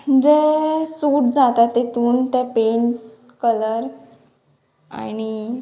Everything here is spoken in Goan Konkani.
जे सूट जाता तेतून ते पेंट कलर आणी